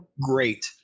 great